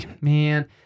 man